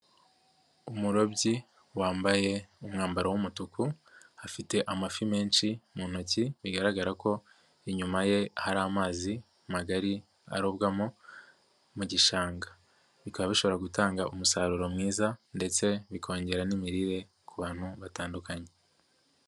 Umurobyi wambaye umwambaro w'umutuku, afite amafi menshi mu ntoki, bigaragara ko inyuma ye hari amazi magari arobwamo mu gishanga. Bikaba bishobora gutanga umusaruro mwiza ndetse bikongera n'imirire ku bantu batandukanye.